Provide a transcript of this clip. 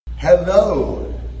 Hello